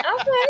Okay